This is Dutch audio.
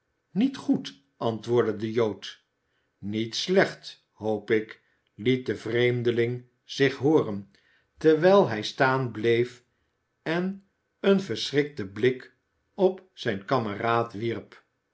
niet goed antwoordde de jood niet slecht hoop ik liet de vreemdeling zich hooren terwijl hij staan bleef en een verschrikten blik op zijn kameraad wierp